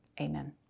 Amen